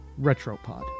Retropod